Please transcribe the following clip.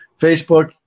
Facebook